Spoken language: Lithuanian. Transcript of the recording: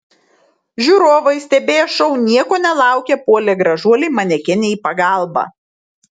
žiūrovai stebėję šou nieko nelaukę puolė gražuolei manekenei į pagalbą